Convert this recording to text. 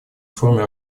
реформе